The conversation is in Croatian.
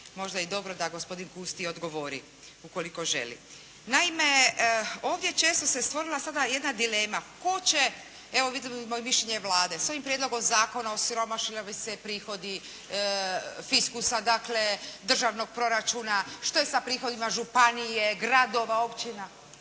možda je dobro da gospodin Kunst i odgovori ukoliko želi. Naime, ovdje često se stvorila sada jedna dilema tko će, evo vidite imamo i mišljenje Vlade. S ovim prijedlogom zakona osiromašili bi se prihodi fiskusa dakle državnog proračuna. Što je sa prihodima županije, gradova, općina?